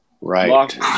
Right